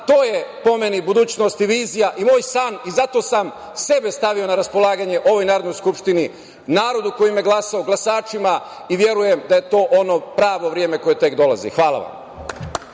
To je po meni budućnost i vizija i moj san i zato sam sebe stavio na raspolaganje ovoj Narodnoj skupštini, narodu koji me glasao, glasačima i verujem da je to ono pravo vreme koje tek dolazi. Hvala vam.